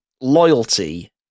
loyalty